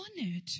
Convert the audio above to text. honored